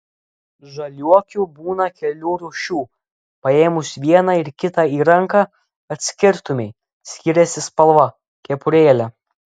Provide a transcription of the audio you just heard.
žaliuokių būna kelių rūšių paėmus vieną ir kitą į ranką atskirtumei skiriasi spalva kepurėlė